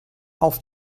auf